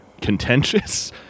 contentious